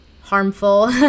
harmful